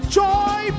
joy